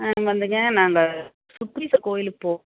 ஆ வந்துங்க நாங்கள் சுக்ரீஸ்வரர் கோயிலுக்கு போ